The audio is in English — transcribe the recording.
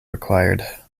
required